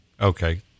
Okay